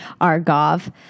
Argov